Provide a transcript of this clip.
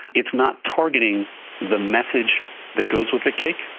it's not targeting the message that goes with the cake,